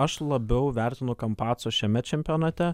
aš labiau vertinu kampaco šiame čempionate